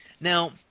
Now